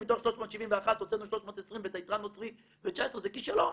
אם מתוך 371 הוצאנו 320 ואת השאר נוציא ב-19' זה כישלון?